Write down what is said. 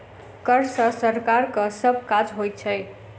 कर सॅ सरकारक सभ काज होइत छै